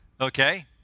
Okay